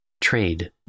Trade